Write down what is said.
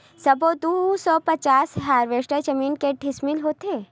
सबो दू सौ पचास हेक्टेयर जमीन के डिसमिल होथे?